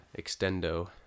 extendo